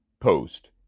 post